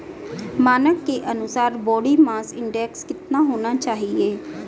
मानक के अनुसार बॉडी मास इंडेक्स कितना होना चाहिए?